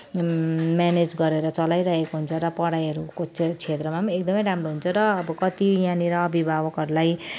manage गरेर चलाइरहेको हुन्छ र पढाइहरूको क्षेत्रमा पनि एकदमै राम्रो हुन्छ र अब कति यहाँनिर अभिभावकहरूलाई